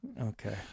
Okay